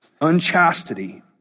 unchastity